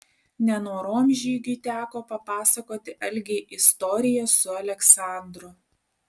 nenorom žygiui teko papasakoti algei istoriją su aleksandru